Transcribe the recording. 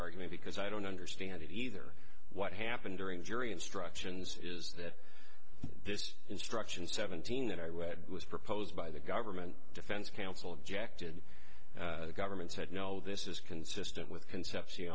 argument because i don't understand it either what happened during jury instructions is that this instruction seventeen that i read was proposed by the government defense counsel objected government said no this is consistent with concepcion